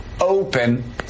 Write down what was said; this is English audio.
open